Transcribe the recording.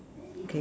okay